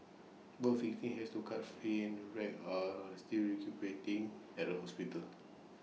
both victims has to cut free and wreck are still recuperating at A hospital